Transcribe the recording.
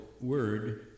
word